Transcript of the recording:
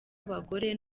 abagore